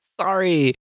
Sorry